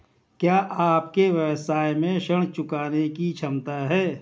क्या आपके व्यवसाय में ऋण चुकाने की क्षमता है?